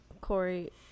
Corey